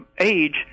age